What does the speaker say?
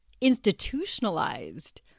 institutionalized